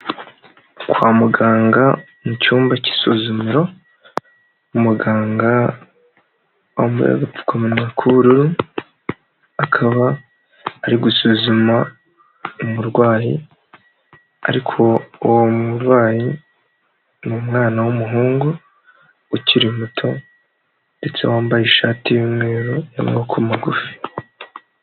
Kwa muganga mucyumba cy'isuzumiro, umuganga yambaye agapfukamunwa k'ubururu, akaba ari gusuzuma umurwayi, ariko uwo murwayi ni umwana w'umuhungu, ukiri muto ndetse wambaye ishati y'umweru y'amaboko magufi.